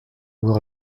voir